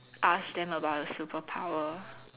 ask them about superpower